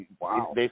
Wow